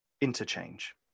interchange